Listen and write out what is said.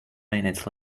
minutes